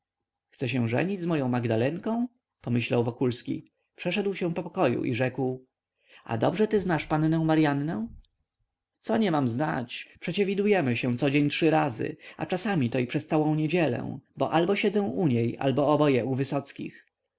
chce się żenić z moją magdalenką pomyślał wokulski przeszedł się po pokoju i rzekł a dobrze ty znasz pannę maryannę co nie mam znać przecie widujemy się codzień trzy razy a czasami to i przez całą niedzielę albo ja siedzę u niej albo oboje u wysockich